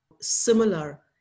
similar